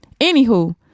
anywho